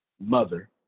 mother